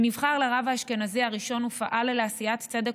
הוא נבחר לרב האשכנזי הראשון ופעל לעשיית צדק